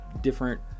different